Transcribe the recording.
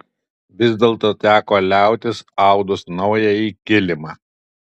vis dėlto teko liautis audus naująjį kilimą